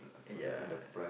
ya